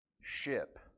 ship